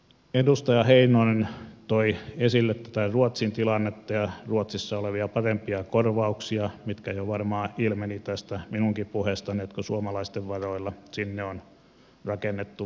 edustaja heinonen toi esille ruotsin tilannetta ja ruotsissa olevia parempia korvauksia jotka jo varmaan ilmenivät minunkin puheestani siinä että suomalaisten varoilla sinne on rakennettu verkkoja